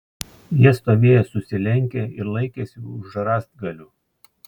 jie stovėjo susilenkę ir laikėsi už rąstgalių